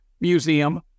museum